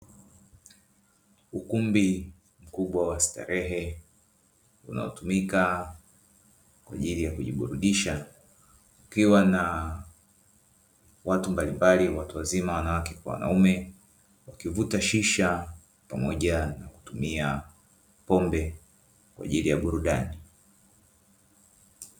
Ukumbi mkubwa wa starehe unao tumika kwaajili ya kujiburudisha, ukiwa na watu mbalimbali watu wazima wanawake kwa wanaume, wakivuta shisha pamoja na kutumia pombe kwaajili ya burudani.